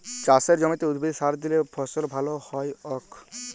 চাসের জমিতে উদ্ভিদে সার দিলে ফসল ভাল হ্য়য়ক